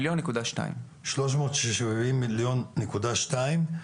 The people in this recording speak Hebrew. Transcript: שלוש מאות שבעים ושישה מיליון נקודה שתיים.